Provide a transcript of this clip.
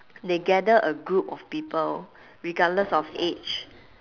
they gather a group of people regardless of age